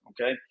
Okay